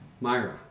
Myra